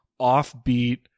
offbeat